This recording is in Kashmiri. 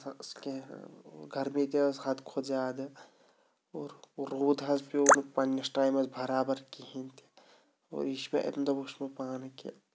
اَتھ ٲس کینٛہہ گرمی تہِ ٲس حَد کھۄتہٕ زیادٕ اور روٗد حظ پیوٚ نہٕ پَنٛنِس ٹایمَس برابر کِہینۍ تہِ اور یہِ چھِ مےٚ اَمہِ دۄہ وٕچھمُت پانہٕ کہ